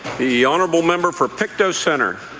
the honourable member for pictou centre?